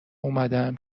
اومدم